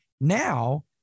now